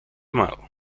mile